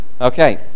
Okay